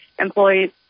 employees